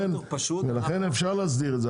לכן אפשר להסדיר את זה,